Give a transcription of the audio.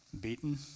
beaten